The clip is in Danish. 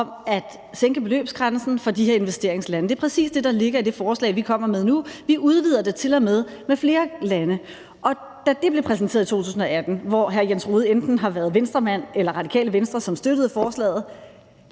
om at sænke beløbsgrænsen for de her investeringslande. Det er præcis det, der ligger i det forslag, vi kommer med nu. Vi udvider det til og med med flere lande. Og da det blev præsenteret i 2018, hvor hr. Jens Rohde enten har været Venstremand eller i Radikale Venstre, som støttede forslaget,